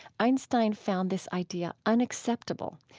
einstein found this idea unacceptable.